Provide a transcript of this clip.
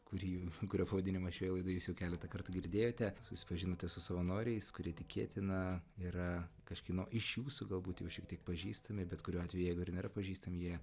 kurį kurio pavadinimą šioje laidoje jūs jau keleta kartų girdėjote susipažinote su savanoriais kurie tikėtina yra kažkieno iš jūsų galbūt jau šiek tiek pažįstami bet kuriuo atveju jeigu ir nėra pažįstami jie